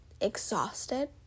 exhausted